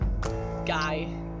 guy